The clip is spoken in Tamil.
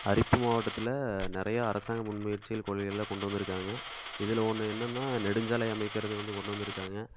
அரிப்பு மாவட்டத்தில் நிறையா அரசாங்க முன் முயற்சிகள் கொள்கைகள்லாம் கொண்டு வந்துருக்காங்க இதில் ஒன்று என்னன்னா நெடுஞ்சாலை அமைக்கிறது வந்து கொண்டு வந்துருக்காங்க